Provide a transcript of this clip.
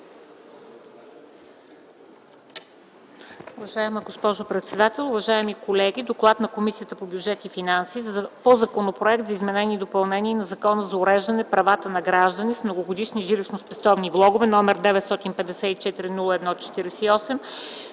Уважаема госпожо председател, уважаеми колеги! „ДОКЛАД на Комисията по бюджет и финанси по Законопроект за изменение и допълнение на Закона за уреждане правата на граждани с многогодишни жилищно-спестовни влогове, № 954-01-48,